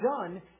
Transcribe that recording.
done